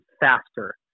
faster